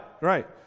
right